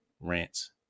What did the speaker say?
rants